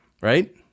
right